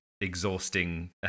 exhausting